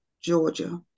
Georgia